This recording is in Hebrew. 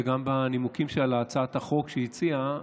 וגם בנימוקים שלה להצעת החוק שהיא הציעה,